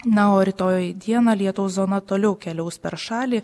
na o rytoj dieną lietaus zona toliau keliaus per šalį